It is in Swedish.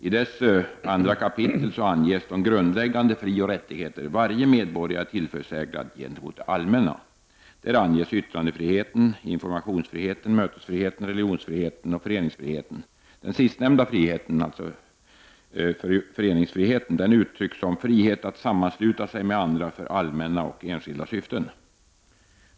I dess 2 kap. anges de grundläggande frioch rättigheter som varje medborgare är tillförsäkrad gentemot det allmänna. Där anges yttrandefriheten, informationsfriheten, mötesfriheten, religionsfriheten och föreningsfriheten. Den sistnämnda friheten uttrycks som frihet att sammansluta sig med andra för allmänna och enskilda syften.